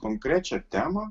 konkrečią temą